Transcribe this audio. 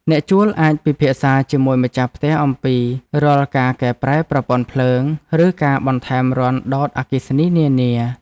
អ្នកជួលអាចពិភាក្សាជាមួយម្ចាស់ផ្ទះអំពីរាល់ការកែប្រែប្រព័ន្ធភ្លើងឬការបន្ថែមរន្ធដោតអគ្គិសនីនានា។